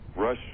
Rush